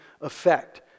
effect